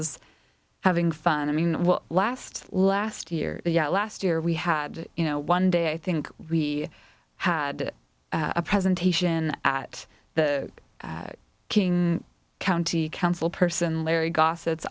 as having fun i mean well last last year yeah last year we had you know one day i think we had a presentation at the king county council person larry goss